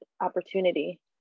opportunity